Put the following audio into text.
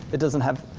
it doesn't have,